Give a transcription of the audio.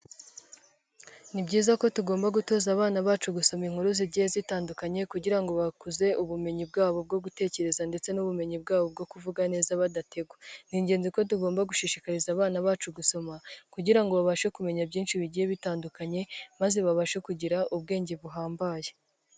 Ni byiza ko tugomba gutoza abana bacu gusoma inkuru zigiye zitandukanye kugira ngo bakuze ubumenyi bwabo bwo gutekereza ndetse n'ubumenyi bwabo bwo kuvuga neza badategwa, ni ingenzi ko tugomba gushishikariza abana bacu gusoma ,kugira babashe kumenya byinshi bigiye bitandukanye, maze babashe kugira ubwenge buhambaye.